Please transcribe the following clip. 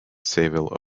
sayville